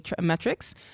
metrics